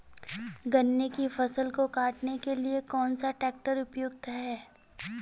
गन्ने की फसल को काटने के लिए कौन सा ट्रैक्टर उपयुक्त है?